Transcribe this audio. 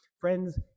friends